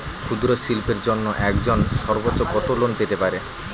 ক্ষুদ্রশিল্পের জন্য একজন সর্বোচ্চ কত লোন পেতে পারে?